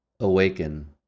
Awaken